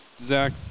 Zach